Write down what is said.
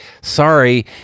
sorry